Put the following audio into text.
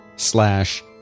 slash